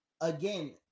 again